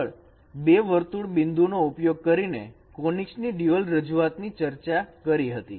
આગળ બે વર્તુળ બિંદુઓ નો ઉપયોગ કરીને કોનીકસ ની ડ્યુઅલ રજૂઆત ની ચર્ચા કરી હતી